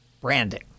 branding